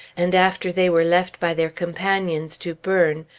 and after they were left by their companions to burn,